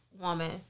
woman